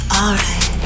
alright